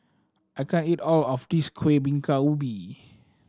I can't eat all of this Kueh Bingka Ubi